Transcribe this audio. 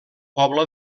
poble